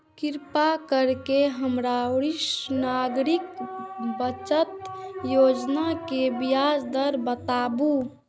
कृपा करके हमरा वरिष्ठ नागरिक बचत योजना के ब्याज दर बताबू